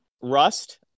Rust